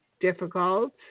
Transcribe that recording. Difficult